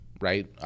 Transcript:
right